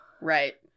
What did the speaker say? right